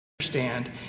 understand